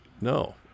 no